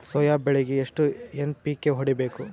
Soya ಬೆಳಿಗಿ ಎಷ್ಟು NPK ಹೊಡಿಬೇಕು?